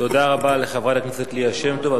תודה רבה לחברת הכנסת ליה שמטוב.